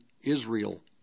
Israel